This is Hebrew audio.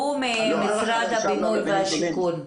הוא ממשרד הבינוי והשיכון,